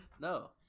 No